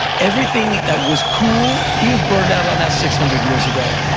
everything that was cool, he was burned out on that six hundred years ago.